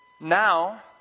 Now